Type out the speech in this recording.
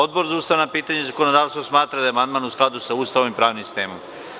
Odbor za ustavna pitanja i zakonodavstvo smatra da je amandman u skladu sa Ustavom i pravnim sistemom.